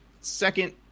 second